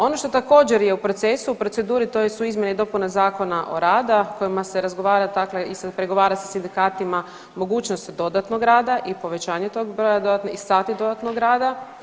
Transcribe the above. Ono što također je u procesu i proceduri to su izmjene i dopune Zakona o radu o kojima se razgovara, dakle i pregovara se sa sindikatima mogućnost dodatnog rada i povećanje tog broja dodatno i sati dodatnog rada.